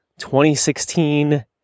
2016